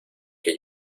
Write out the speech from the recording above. que